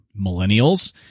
millennials